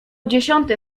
dziesiąte